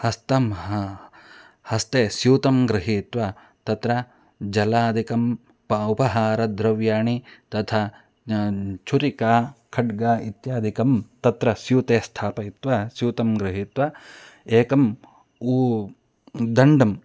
हस्तं ह हस्ते स्यूतं गृहीत्वा तत्र जलादिकं प उपहारद्रव्याणि तथा छुरिका खड्गः इत्यादिकं तत्र स्यूते स्थापयित्वा स्यूतं गृहीत्वा एकम् ऊ दण्डं